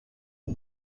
the